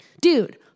dude